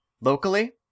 locally